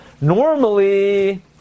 normally